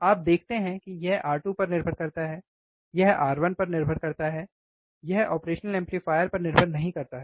आप देखते हैं कि यह R2 पर निर्भर करता है यह R1 पर निर्भर करता है यह ऑपरेशनल एम्पलीफायर पर निर्भर नहीं करता है